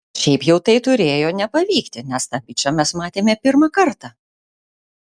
šiaip jau tai turėjo nepavykti nes tą bičą mes matėme pirmą kartą